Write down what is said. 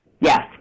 Yes